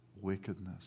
wickedness